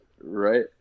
Right